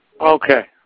Okay